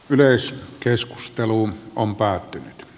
myös keskusteluun on päättynyt